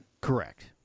Correct